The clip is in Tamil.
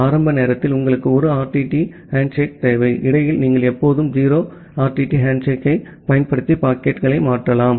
ஆரம்ப நேரத்தில் உங்களுக்கு 1 ஆர்டிடி ஹேண்ட்ஷேக் தேவை இடையில் நீங்கள் எப்போதும் 0 RTT ஹேண்ட்ஷேக்கைப் பயன்படுத்தி பாக்கெட்டுகளை மாற்றலாம்